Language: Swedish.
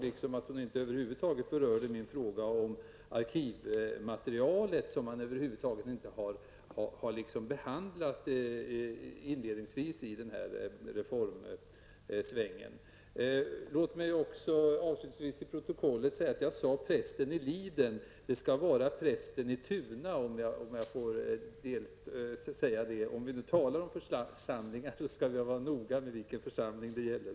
Dessutom berörde hon över huvud taget inte min fråga om arkivmaterialet som inte har behandlats i den här reformomgången. Till protokollet vill jag säga att jag tidigare nämnde prästen i Liden. Jag vill korrigera detta till prästen i Tuna. Om vi talar om församlingar skall vi vara noga med vilken församling det gäller.